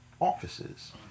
offices